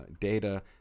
data